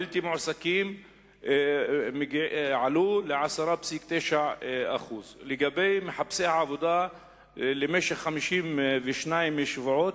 שיעור הבלתי-מועסקים עלה ל-10.9%; לגבי מחפשי העבודה למשך 52 שבועות,